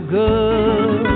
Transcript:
good